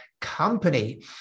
company